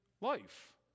life